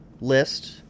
list